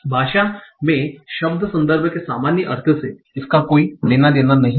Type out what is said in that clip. भाषा में शब्द संदर्भ के सामान्य अर्थ से इसका कोई लेना देना नहीं है